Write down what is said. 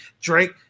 Drake